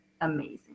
amazing